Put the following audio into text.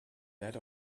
that